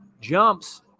jumps